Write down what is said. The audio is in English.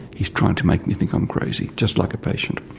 he's trying to make me think i'm crazy just like a patient.